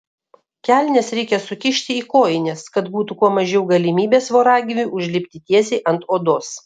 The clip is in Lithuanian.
kelnes reikia sukišti į kojines kad būtų kuo mažiau galimybės voragyviui užlipti tiesiai ant odos